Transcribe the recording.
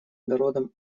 народом